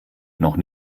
noch